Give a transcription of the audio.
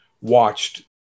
watched